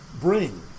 bring